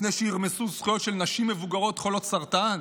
לפני שירמסו זכויות של נשים מבוגרות חולות סרטן,